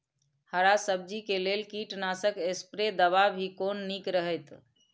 हरा सब्जी के लेल कीट नाशक स्प्रै दवा भी कोन नीक रहैत?